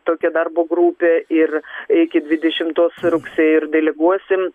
tokia darbo grupė ir iki dvidešimtos rugsėjo ir deleguosim